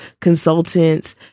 consultants